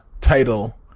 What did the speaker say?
title